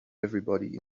everybody